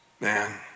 Man